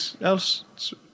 else